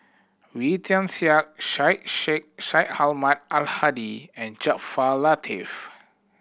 Wee Tian Siak Syed Sheikh Syed Ahmad Al Hadi and Jaafar Latiff